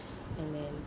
and then